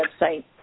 website